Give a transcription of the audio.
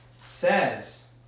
says